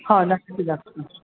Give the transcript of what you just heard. हां नक्की दाखव